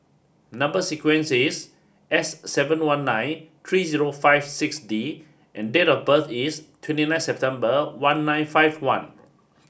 number sequence is S seven one nine three zero five six D and date of birth is twenty nine September one nine five one